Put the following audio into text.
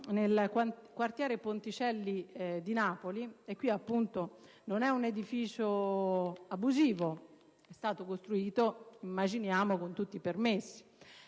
nel quartiere Ponticelli di Napoli. Non è un edificio abusivo: è stato costruito - immaginiamo - con tutti i permessi.